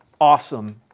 awesome